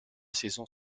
saison